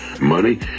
Money